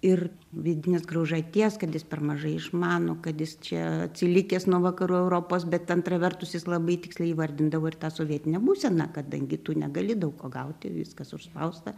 ir vidinės graužaties kad jis per mažai išmano kad jis čia atsilikęs nuo vakarų europos bet antra vertus jis labai tiksliai įvardindavo ir tą sovietinę būseną kadangi tu negali daug ko gauti viskas užspausta